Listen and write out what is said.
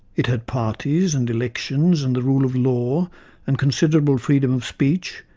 it had parties and elections and the rule of law and considerable freedom of speech,